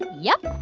yup.